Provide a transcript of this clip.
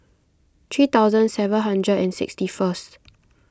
three thousand seven hundred and sixty first